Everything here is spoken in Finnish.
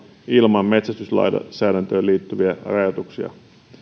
ilman metsästyslainsäädäntöön liittyviä rajoituksia